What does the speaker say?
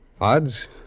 Odds